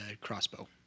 crossbow